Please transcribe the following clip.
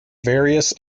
various